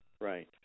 Right